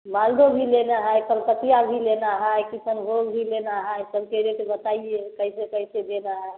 मालदोह भी लेना है कलकतिया भी लेना है किसनभोग भी लेना है सबके रेट बताइए कैसे कैसे देना है